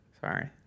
Sorry